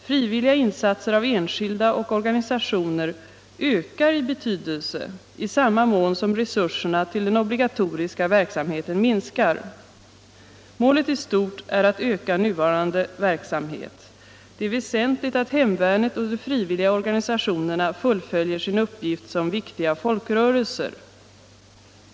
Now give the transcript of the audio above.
Frivilliga insatser av enskilda och organisationer ökar i betydelse i samma mån som resurserna till den obligatoriska verksamheten minskar. Målet i stort är att öka nuvarande verksamhet. Det är väsentligt att hemvärnet och de frivilliga organisationerna fullföljer sin uppgift som viktiga folkrörelser.